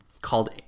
Called